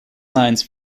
lines